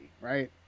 Right